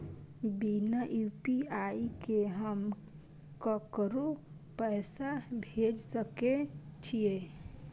बिना यू.पी.आई के हम ककरो पैसा भेज सके छिए?